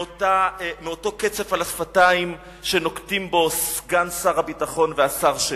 מאותו קצף על השפתיים שנוקטים סגן שר הביטחון והשר שלו.